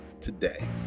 today